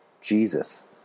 Jesus